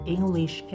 English